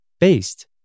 based